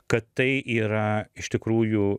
kad tai yra iš tikrųjų